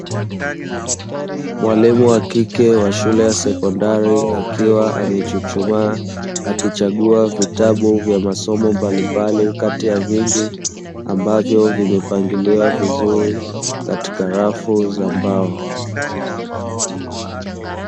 Mwalimu wa kike wa shule ya sekondari akiwa amechuchumaa, akichagua vitabu vya masomo mbalimbali kati ya vingi, ambavyo vimepangiliwa vizuri katika rafu za mbao.